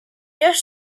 just